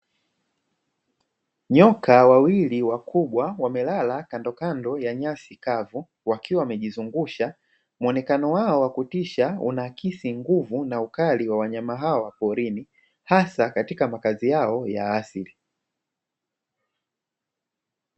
Nyoka wawili wakubwa wamelala kandokando ya nyasi kavu wakiwa wamejizungusha, muonekano wao wa kutisha unaakisi nguvu na ukali wa wanyama hawa porini hasa katika makazi yao ya asili.